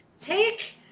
take